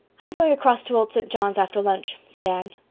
i'm going across to old st. john's after lunch, said anne.